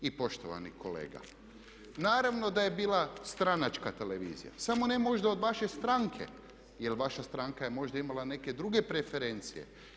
I poštovani kolega, naravno da je bila stranačka televizija, samo ne možda od vaše stranke, jer vaša stranka je možda imala neke druge preferencije.